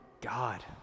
God